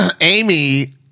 amy